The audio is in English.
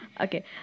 Okay